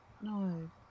No